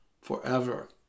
forever